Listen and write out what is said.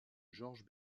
georges